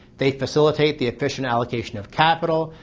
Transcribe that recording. they facilitate the efficient allocation of capital,